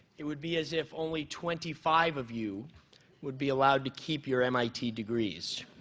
it would be as if only twenty five of you would be allowed to keep your mit degrees.